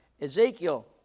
Ezekiel